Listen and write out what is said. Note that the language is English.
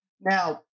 Now